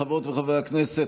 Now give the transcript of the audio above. חברות וחברי הכנסת,